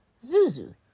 Zuzu